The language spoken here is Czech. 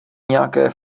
nějaké